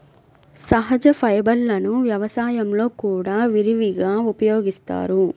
సహజ ఫైబర్లను వ్యవసాయంలో కూడా విరివిగా ఉపయోగిస్తారు